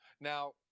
Now